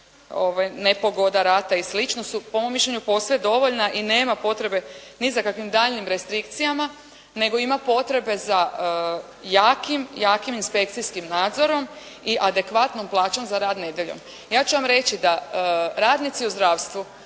nepogoda, rata i slično su po mom mišljenju posve dovoljna i nema potrebe ni za kakvim daljnjim restrikcijama, nego ima potrebe za jakim inspekcijskim nadzorom i adekvatnom plaćom za rad nedjeljom. Ja ću vam reći da radnici u zdravstvu